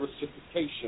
reciprocation